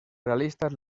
realistas